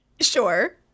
Sure